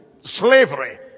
slavery